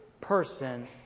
person